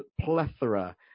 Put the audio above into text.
plethora